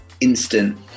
instant